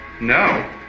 No